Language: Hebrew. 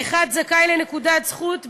האחד זכאי לנקודת זכות,